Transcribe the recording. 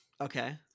Okay